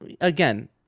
again